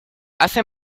hace